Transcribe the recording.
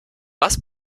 was